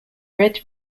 red